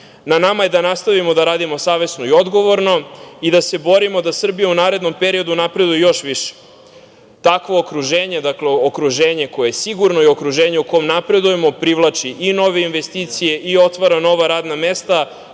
nama je da nastavimo da radimo savesno i odgovorno i da se borimo da Srbija u narednom periodu napreduje još više. Takvo okruženje, okruženje koje je sigurno i okruženje u kom napredujemo privlači i nove investicije i otvara nova radna mesta